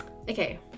okay